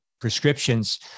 prescriptions